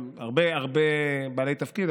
גם הרבה הרבה בעלי תפקידים,